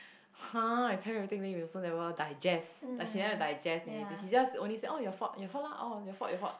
!huh! I tell you the thing then you also never digest like she never digest anything she just only say oh your fault your fault lah oh your fault your fault